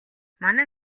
манай